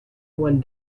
one